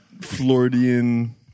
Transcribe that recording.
Floridian